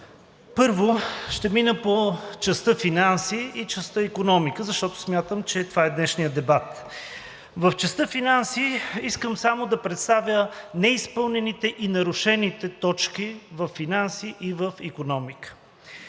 Първо, ще мина по частта финанси и частта икономика, защото смятам, че това е днешният дебат. В частта финанси искам само да представя неизпълнените и нарушените точки във „Финанси“ и в „Икономика“.